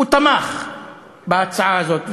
הוא תמך בהצעה הזאת,